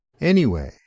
Anyway